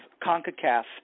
CONCACAF